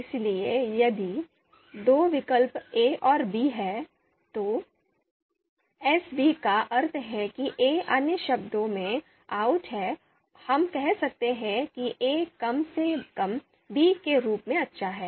इसलिए यदि दो विकल्प a औरB हैं तो एस बी का अर्थ है कि a अन्य शब्दों में आउट है हम कह सकते हैं कि a कम से कमB के रूप में अच्छा है